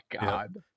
god